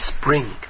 spring